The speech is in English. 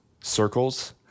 circles